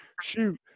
shoot